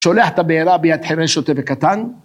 ה‫שולח את בעירה ביד חרש, שוטה וקטן...